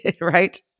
Right